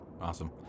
Awesome